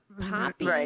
Poppy